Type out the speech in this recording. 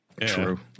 true